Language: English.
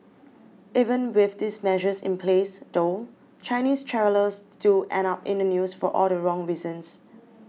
even with these measures in place though Chinese travellers still end up in the news for all the wrong reasons